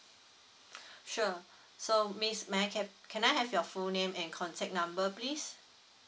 sure so miss may I get can I have your full name and contact number please